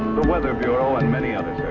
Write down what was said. the weather bureau and many other